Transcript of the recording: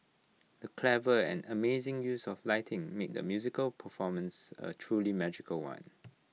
the clever and amazing use of lighting made the musical performance A truly magical one